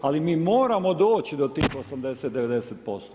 Ali mi moramo doći do tih 80, 90%